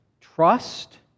trust